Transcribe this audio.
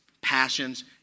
passions